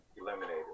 eliminated